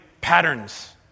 patterns